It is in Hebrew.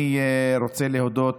אני רוצה להודות,